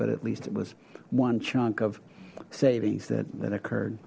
but at least it was one chunk of savings that occurred